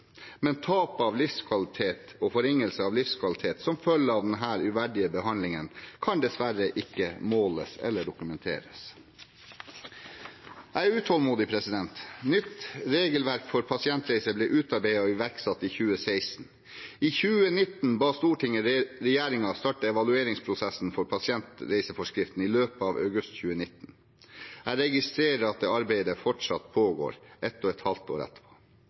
men tap av livskvalitet og forringelse av livskvalitet som følge av denne uverdige behandlingen kan dessverre ikke måles eller dokumenteres. Jeg er utålmodig. Nytt regelverk for pasientreiser ble utarbeidet og iverksatt i 2016. I 2019 ba Stortinget regjeringen starte evalueringsprosessen for pasientreiseforskriften i løpet av august 2019. Jeg registrerer at det arbeidet fortsatt pågår, ett og et halvt år etterpå.